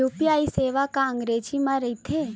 UPI सेवा का अंग्रेजी मा रहीथे?